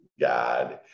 God